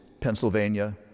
Pennsylvania